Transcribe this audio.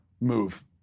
move